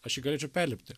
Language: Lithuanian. aš jį galėčiau perlipti